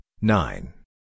nine